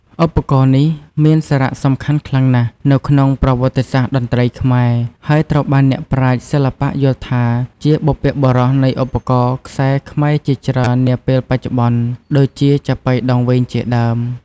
ឧបករណ៍នេះមានសារៈសំខាន់ខ្លាំងណាស់នៅក្នុងប្រវត្តិសាស្រ្តតន្ត្រីខ្មែរ ហើយត្រូវបានអ្នកប្រាជ្ញសិល្បៈយល់ថាជាបុព្វបុរសនៃឧបករណ៍ខ្សែខ្មែរជាច្រើននាពេលបច្ចុប្បន្ន ដូចជាចាប៉ីដងវែងជាដើម។